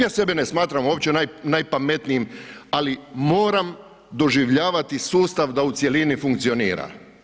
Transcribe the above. Ja sebe ne smatram uopće najpametnijim ali moram doživljavati sustav da u cjelini funkcionira.